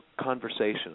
conversation